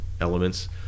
elements